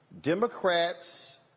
Democrats